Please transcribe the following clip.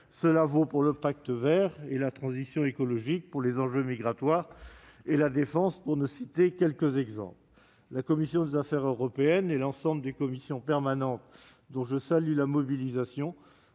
Cela vaut pour le Pacte vert et la transition écologique comme pour les enjeux migratoires ou la défense, pour ne citer que quelques exemples. La commission des affaires européennes et l'ensemble des commissions permanentes, dont je salue la mobilisation,